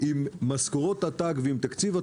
עם משכורות עתק ועם תקציב עתק,